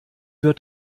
wird